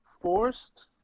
forced